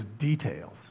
details